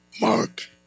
Mark